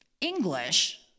English